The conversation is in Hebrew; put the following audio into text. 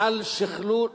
על שכלול,